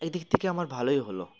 একদিক থেকে আমার ভালোই হলো